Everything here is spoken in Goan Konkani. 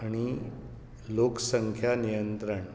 आनी लोक संख्या नियंत्रण